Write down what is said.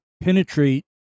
penetrate